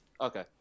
okay